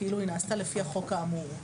כאילו היא נעשתה לפי החוק האמור.